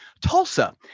Tulsa